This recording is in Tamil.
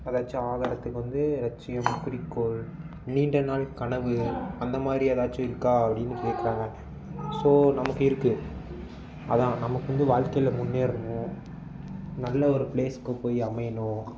ஏதாச்சும் ஆகிறதுக்கு வந்து லட்சியம் குறிக்கோள் நீண்ட நாள் கனவு அந்தமாதிரி ஏதாச்சும் இருக்கா அப்படின்னு கேக்கிறாங்க ஸோ நமக்கு இருக்கு அதான் நமக்கு வந்து வாழ்க்கையில் முன்னேறணும் நல்ல ஒரு பிளேஸுக்கு போய் அமையணும்